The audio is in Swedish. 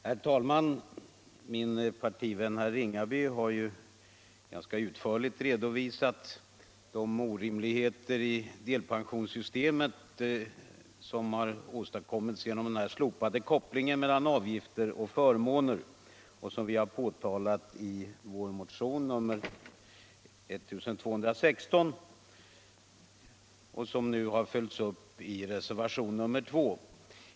Herr talman! Min partivän herr Ringaby har ganska utförligt redovisat de orimligheter i delpensionssystemet som har åstadkommits genom den slopade kopplingen mellan avgifter och förmåner, vilket vi påtalat i vår motion 1216 och som nu följts upp i reservationen 2.